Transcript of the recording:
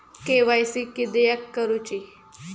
KYC किदयाक करूची?